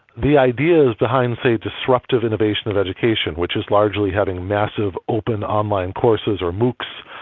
the ideas behind, say, disruptive innovation of education which is largely having massive open online courses or moocs